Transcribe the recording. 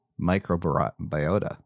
microbiota